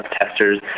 testers